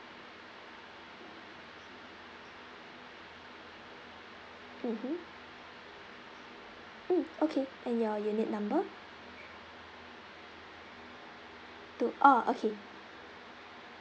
mmhmm mm okay and your unit number two orh okay